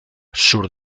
sur